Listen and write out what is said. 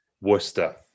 Worcester